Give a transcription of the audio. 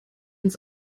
ins